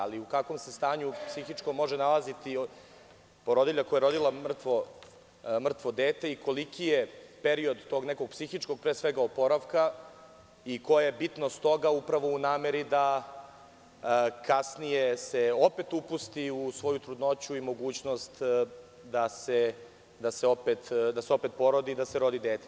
Ali, u kakvom se stanju psihičkom može nalaziti porodilja koja je rodila mrtvo dete i koliki je period tog nekog psihičkog pre svega oporavka i koja je bitnost toga upravo u nameri da se kasnije opet upusti u svoju trudnoću i mogućnost da se opet porodi i da se rodi dete.